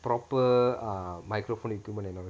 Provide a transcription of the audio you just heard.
proper err microphone equipment and all that